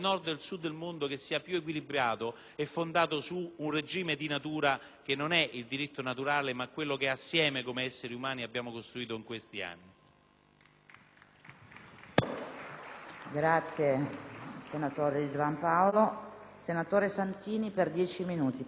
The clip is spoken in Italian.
fondato su un regime di natura, che non è il diritto naturale, ma ciò che assieme, come esseri umani, abbiamo costruito in questi anni.